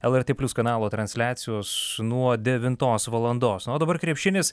lrt plius kanalo transliacijos nuo devintos valandos o dabar krepšinis